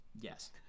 Yes